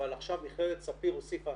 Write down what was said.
אבל עכשיו מכללת ספיר הוסיפה